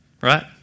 right